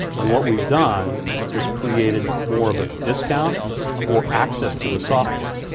and what we've done is created more of a discount for access to the software.